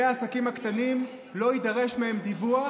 מהעסקים הקטנים לא יידרש דיווח,